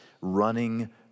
running